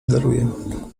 daruję